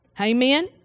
Amen